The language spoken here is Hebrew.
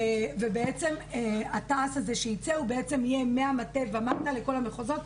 בעצם הוראת השעה הזו שתצא היא בעצם תהיה מהמטה ומטה לכל המחוזות,